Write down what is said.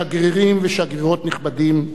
שגרירים ושגרירות נכבדים,